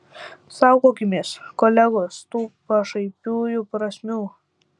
saugokimės kolegos tų pašaipiųjų prasmių